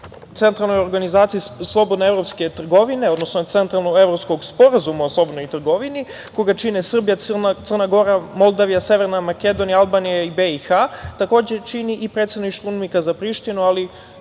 Centralnoj organizaciji slobodne evropske trgovine, odnosno Centralno-evropskog sporazuma o slobodnoj trgovini koga čine Srbija, Crna Gora, Moldavija, Severna Makedonija, Albanija i Bih. Takođe, čini i predsedništvo UNIMIK za Prištinu, ali